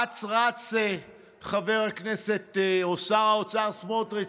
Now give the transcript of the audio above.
אץ-רץ חבר הכנסת או שר האוצר סמוטריץ',